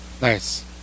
nice